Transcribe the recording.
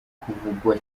kuvugwa